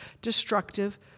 destructive